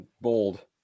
Bold